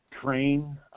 train